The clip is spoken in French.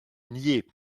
nier